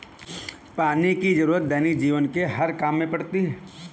पानी की जरुरत दैनिक जीवन के हर काम में पड़ती है